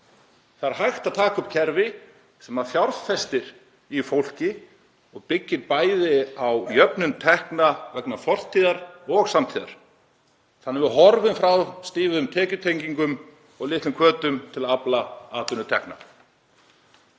Það er hægt að taka upp kerfi sem fjárfestir í fólki og byggir bæði á jöfnun tekna vegna fortíðar og samtíðar þannig að við hverfum frá stífum tekjutengingum og litlum hvötum til að afla atvinnutekna.